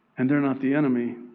and they're not the enemy.